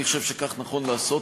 אני חושב שכך נכון לעשות,